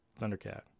Thundercat